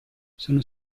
sono